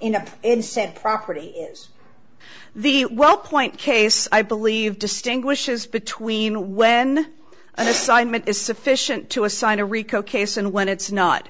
in and said property is the wellpoint case i believe distinguishes between when an assignment is sufficient to assign a rico case and when it's not